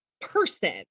person